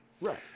Right